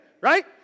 Right